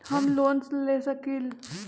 हम लोन ले सकील?